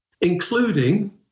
including